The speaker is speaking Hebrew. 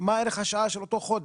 מה ערך השעה של אותו חודש.